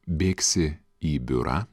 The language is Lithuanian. bėgsi į biurą